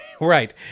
right